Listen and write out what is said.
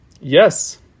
Yes